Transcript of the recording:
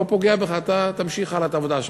לא פוגע בך, אתה תמשיך הלאה את העבודה שלך.